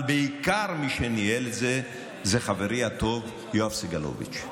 אבל מי שבעיקר ניהל את זה הוא חברי הטוב יואב סגלוביץ'.